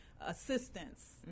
assistance